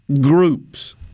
groups